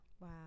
Wow